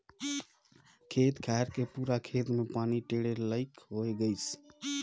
खेत खायर के पूरा खेत मे पानी टेंड़े लईक होए गइसे